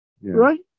right